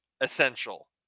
essential